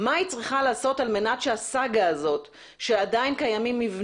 מהי צריכה לעשות על מנת לסיים את הסאגה הזאת,